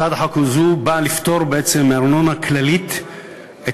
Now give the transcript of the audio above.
הצעת החוק הזאת באה לפטור בעצם מארנונה כללית את